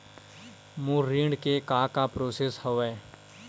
मोर ऋण के का का प्रोसेस हवय?